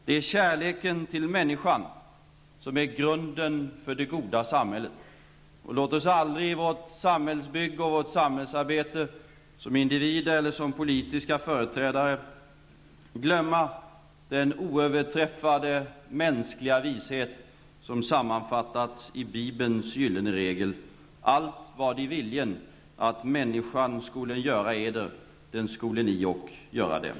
Det är kärleken till människan som är grunden för det goda samhället. Och låt oss aldrig i vårt samhällsbygge och vårt samhällsarbete, som individer eller som politiska företrädare, glömma den oöverträffade mänskliga vishet som sammanfattats i Bibelns gyllene regel: Allt vad I viljen att människor skola göra Eder, det skolen I ock göra dem.